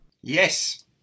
Yes